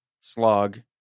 slog